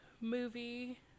movie